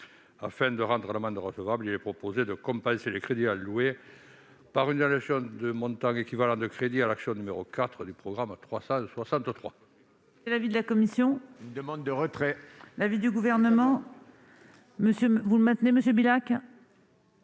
Afin de rendre l'amendement recevable, il est proposé de compenser les crédits alloués par une annulation d'un montant équivalent de crédits à l'action n° 04 du programme n°